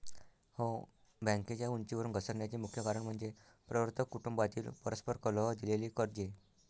हो, बँकेच्या उंचीवरून घसरण्याचे मुख्य कारण म्हणजे प्रवर्तक कुटुंबातील परस्पर कलह, दिलेली कर्जे